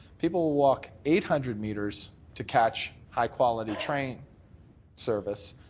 people will walk eight hundred meters to catch high quality train service,